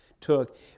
took